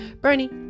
Bernie